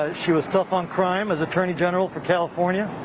ah she was tough on crime as attorney general for california.